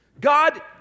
God